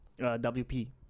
WP